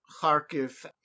Kharkiv